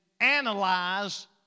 analyze